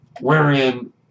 wherein